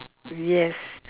yes